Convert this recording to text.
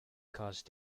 caused